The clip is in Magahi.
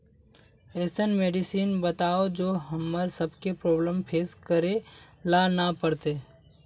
ऐसन मेडिसिन बताओ जो हम्मर सबके प्रॉब्लम फेस करे ला ना पड़ते?